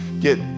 get